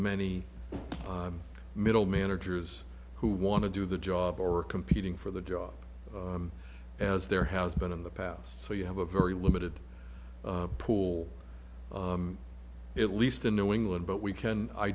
many middle managers who want to do the job or competing for the job as there has been in the past so you have a very limited pool at least in new england but we can i